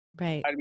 right